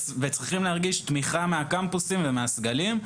וצריכים להרגיש תמיכה מהקמפוסים ומהסגלים.